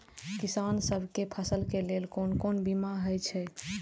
किसान सब के फसल के लेल कोन कोन बीमा हे छे?